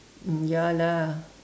mm ya lah